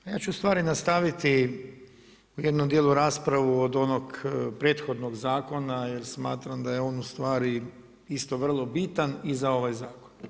Ja ću ustvari nastaviti u jednom dijelu raspravu od onog prethodnog zakona jer smatram da je on ustvari isto vrlo bitan i za ovaj zakon.